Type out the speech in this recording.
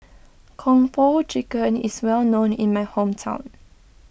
Kung Po Chicken is well known in my hometown